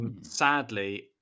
sadly